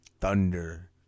thunder